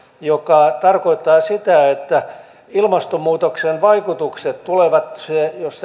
joka tarkoittaa sitä että ilmastonmuutoksen vaikutukset tulevat jos